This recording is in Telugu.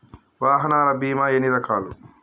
వాహనాల బీమా ఎన్ని రకాలు?